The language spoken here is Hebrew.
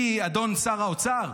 אדוני שר האוצר,